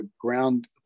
ground